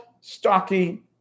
stocky